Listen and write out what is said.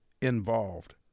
involved